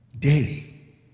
daily